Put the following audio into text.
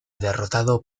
derrotado